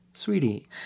Sweetie